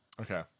Okay